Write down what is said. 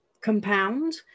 compound